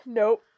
nope